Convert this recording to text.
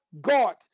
God